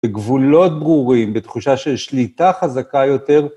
בגבולות ברורים, בתחושה של שליטה חזקה יותר.